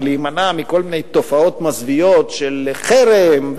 ולהימנע מכל מיני תופעות מזוויעות של חרם,